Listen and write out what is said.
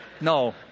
No